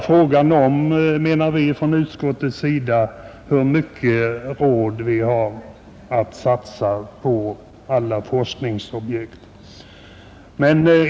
Frågan är bara, menar vi, hur mycket vi har råd att satsa på alla forskningsobjekt.